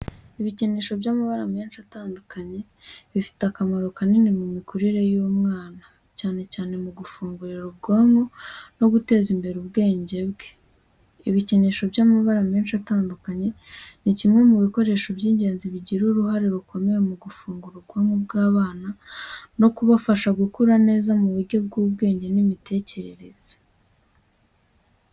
Ibikinisho by’amabara menshi atandukanye bifite akamaro kanini mu mikurire y’umwana, cyane cyane mu gufungurira ubwonko no guteza imbere ubwenge bwe. Ibikinisho by’amabara menshi atandukanye ni kimwe mu bikoresho by’ingenzi bigira uruhare rukomeye mu gufungura ubwonko bw’abana no kubafasha gukura neza mu buryo bw’ubwenge n’imitekerereze.